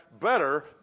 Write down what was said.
better